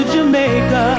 Jamaica